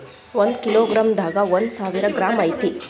ಒಂದ kilogram ದಾಗ ಒಂದ ಸಾವಿರ ಗ್ರಾಂ ಐತಿ